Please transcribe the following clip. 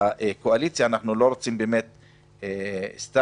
הקואליציה ואנחנו לא רוצים למשוך את זה סתם.